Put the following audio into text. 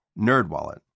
NerdWallet